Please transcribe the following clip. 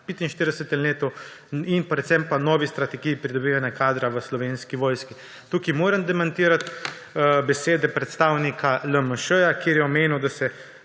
45. letu in predvsem pa o novi strategiji pridobivanja kadra v Slovenski vojski. Tukaj moram demantirati besede predstavnika LMŠ, ki je omenil, da se